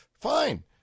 Fine